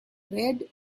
red